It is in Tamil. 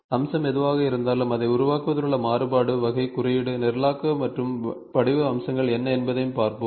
அம்சம் எதுவாக இருந்தாலும் அதை உருவாக்குவதில் உள்ள மாறுபாடு வகை குறியீட்டு நிரலாக்க மற்றும் படிவ அம்சங்கள் என்ன என்பதையும் பார்ப்போம்